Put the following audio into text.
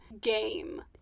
game